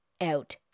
out